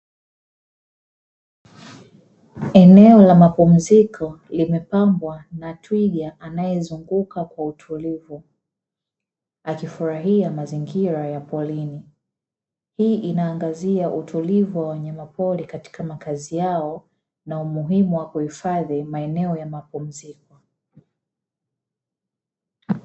Eneo la mapumziko limepambwa na Twiga anayezunguka kwa utulivu akifurahia mazingira ya porini, hii inaangazia utulivu wa wanyamapori katika makazi yao na umuhimu wa uhifadhi wa maeneo ya mapumziko .